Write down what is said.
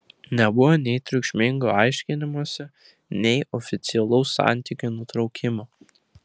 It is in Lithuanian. nebuvo nei triukšmingo aiškinimosi nei oficialaus santykių nutraukimo